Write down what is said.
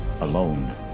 alone